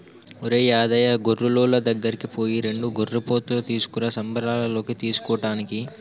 ఒరేయ్ యాదయ్య గొర్రులోళ్ళ దగ్గరికి పోయి రెండు గొర్రెపోతులు తీసుకురా సంబరాలలో కోసుకోటానికి